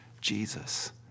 Jesus